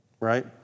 right